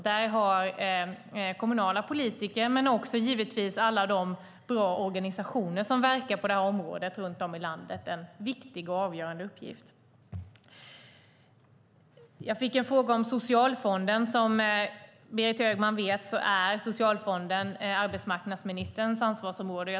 Där har kommunala politiker men också givetvis alla de bra organisationer som verkar på detta område i landet en viktig och avgörande uppgift. Jag fick en fråga om Socialfonden. Som Berit Högman vet är Socialfonden arbetsmarknadsministerns ansvarsområde.